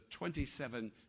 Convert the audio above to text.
27